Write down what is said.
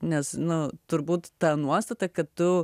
nes nu turbūt ta nuostata kad tu